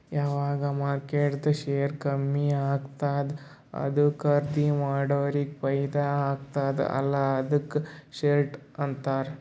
ಯಾವಗ್ ಮಾರ್ಕೆಟ್ದು ಶೇರ್ ಕಮ್ಮಿ ಆತ್ತುದ ಅದು ಖರ್ದೀ ಮಾಡೋರಿಗೆ ಫೈದಾ ಆತ್ತುದ ಅಲ್ಲಾ ಅದುಕ್ಕ ಶಾರ್ಟ್ ಅಂತಾರ್